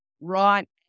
right